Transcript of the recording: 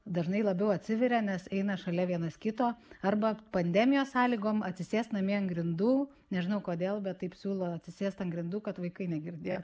dažnai labiau atsiveria nes eina šalia vienas kito arba pandemijos sąlygom atsisėsti namie ant grindų nežinau kodėl bet taip siūlo atsisėst ant grindų kad vaikai negirdi